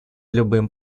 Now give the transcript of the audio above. любым